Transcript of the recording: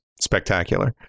spectacular